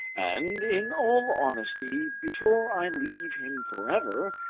and in all honesty, before i leave him forever,